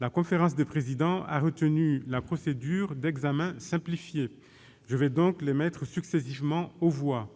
la conférence des présidents a retenu la procédure d'examen simplifié. Je vais donc les mettre successivement aux voix.